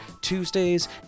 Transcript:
Tuesdays